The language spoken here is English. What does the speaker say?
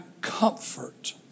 comfort